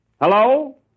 hello